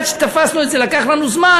עד שתפסנו את זה לקח לנו זמן,